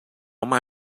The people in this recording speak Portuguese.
uma